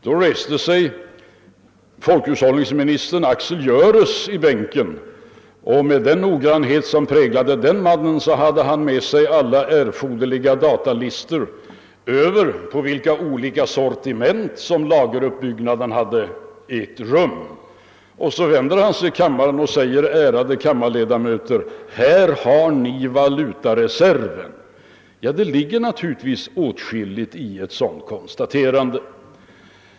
Då reste sig folkhushållsministern Axel Gjöres i bänken, och med den noggrannhet som präglade den mannen hade han med sig alla erforderliga data um de olika sortimenten i lageruppbyggnaden och sade: »ärade kammarledamöter, här har ni valutareserven.» Det ligger naturligtvis åtskilligt i ett sådant konstaterande.